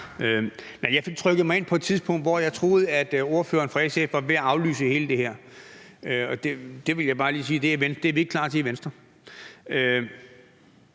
fik trykket mig ind på et tidspunkt, hvor jeg troede at ordføreren for SF var ved at aflyse alt det her, og det vil jeg bare sige at vi er ikke klar til i Venstre.